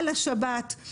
על השבת,